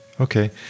Okay